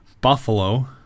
Buffalo